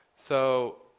so